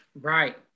Right